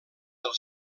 del